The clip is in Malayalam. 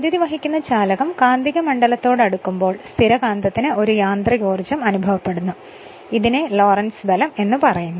വൈദ്യുതി വഹിക്കുന്ന ചാലകം കാന്തിക മണ്ഡലത്തോട് അടുക്കുമ്പോൾ സ്ഥിരകാന്തത്തിന് ഒരു യാന്ത്രികോർജം അനുഭവപ്പെടുന്നു ഇതിനെയാണ് ലോറന്റ്സ് ബലം എന്നു പറയുന്നത്